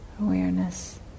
awareness